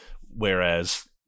Whereas